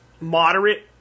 moderate